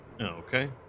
Okay